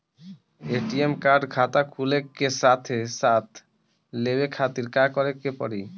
ATM card खाता खुले के साथे साथ लेवे खातिर का करे के पड़ी?